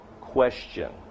question